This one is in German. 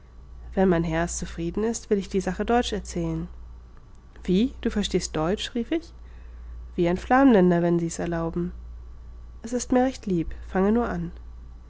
wenn mein herr es zufrieden ist will ich die sache deutsch erzählen wie du verstehst deutsch rief ich wie ein flamländer wenn sie's erlauben es ist mir recht lieb fange nur an